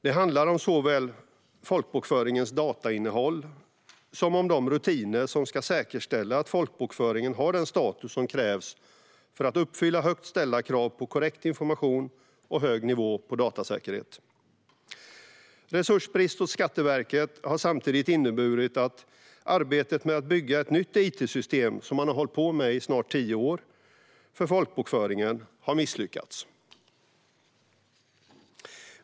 Det handlar om såväl folkbokföringens datainnehåll som om de rutiner som ska säkerställa att folkbokföringen har den status som krävs för att uppfylla högt ställda krav på korrekt information och hög nivå på datasäkerhet. Resursbrist hos Skatteverket har samtidigt inneburit att arbetet med att bygga ett nytt it-system, som man har hållit på med i snart tio år, för folkbokföringen har misslyckats.